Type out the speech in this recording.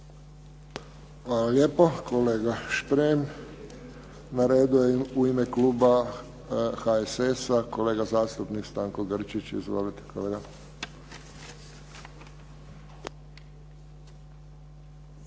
Hvala lijepo, kolega Šprem. Na redu je u ime kluba HSS-a kolega zastupnik Stanko Grčić. Izvolite, kolega.